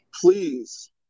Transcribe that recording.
Please